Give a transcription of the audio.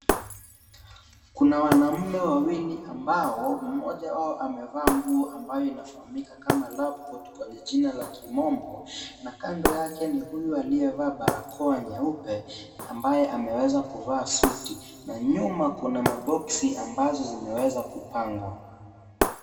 Kuna wanaume wawili ambao mmoja wao amevaa nguo ambayo inafahamika kama labcoat kwenye jina ya kimombo na kando yake ni huyu aliyevaa barakoa nyeupe ambaye ameweza kuvaa suti, na nyuma kuna maboksi ambazo zimeweza kupangwa.